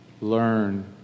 learn